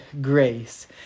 grace